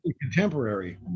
contemporary